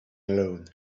alone